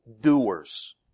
doers